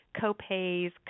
co-pays